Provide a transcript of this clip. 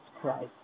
Christ